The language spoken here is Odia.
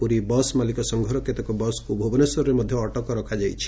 ପୁରୀ ବସ୍ ମାଲିକ ସଂଘର କେତେକ ବସ୍କୁ ଭୁବନେଶ୍ୱରରେ ଅଟକ ରଖାଯାଇଛି